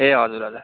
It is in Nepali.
ए हजुर हजुर